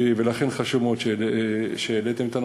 ולכן חשוב מאוד שהעליתם את הנושא.